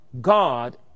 God